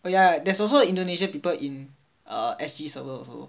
well yeah there's also indonesian people in uh S_G server also